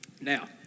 Now